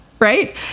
right